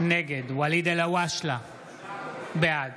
נגד ואליד אלהואשלה, בעד